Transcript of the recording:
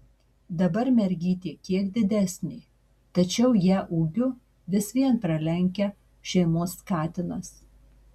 dabar mergytė kiek didesnė tačiau ją ūgiu vis vien pralenkia šeimos katinas